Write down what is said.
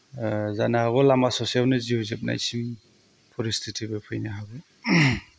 जानो हागौ लामा ससेयावनो जिउ जोबनायसिम परिस्थिटिबो फैनो हागौ